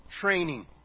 training